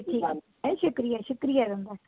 ओह् शुक्रिया शुक्रिया तुंंदा